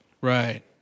right